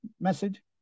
message